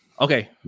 Okay